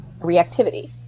reactivity